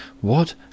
What